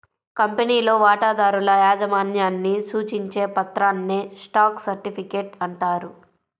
కంపెనీలో వాటాదారుల యాజమాన్యాన్ని సూచించే పత్రాన్నే స్టాక్ సర్టిఫికేట్ అంటారు